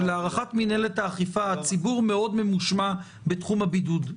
שלהערכת מינהלת האכיפה הציבור מאוד ממושמע בתחום הבידוד.